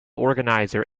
organizer